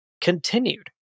continued